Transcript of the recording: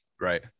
Right